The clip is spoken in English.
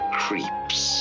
creeps